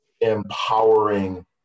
empowering